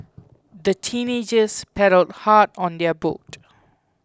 the teenagers paddled hard on their boat